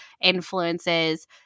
influences